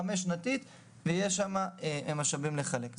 לכן יש תוכנית מיטות חדשה בשנה הבאה שהיא חמש שנתית ויש שם משאבים לחלק.